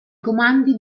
comandi